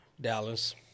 Dallas